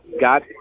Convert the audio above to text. got